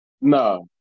No